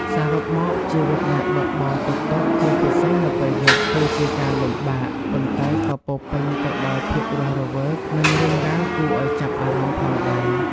សរុបមក ជីវិតអ្នកបើកបរតុកតុក ជាពិសេសនៅពេលយប់ គឺជាការលំបាក ប៉ុន្តែក៏ពោរពេញទៅដោយភាពរស់រវើក និងរឿងរ៉ាវគួរឱ្យចាប់អារម្មណ៍ផងដែរ។